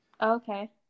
Okay